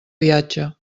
viatge